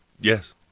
Yes